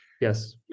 yes